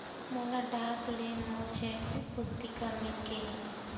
मोला डाक ले मोर चेक पुस्तिका मिल गे हे